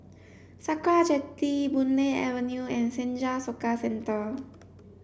Sakra Jetty Boon Lay Avenue and Senja Soka Centre